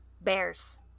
Bears